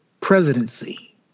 presidency